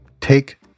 Take